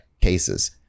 cases